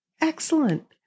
Excellent